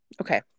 Okay